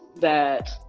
that